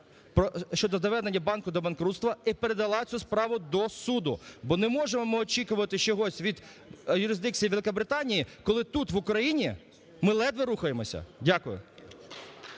щодо доведення банку до банкрутства і передала цю справу до суду. Бо не можемо ми очікувати чогось від юрисдикції Великобританії, коли тут в Україні ми ледве рухаємося. Дякую.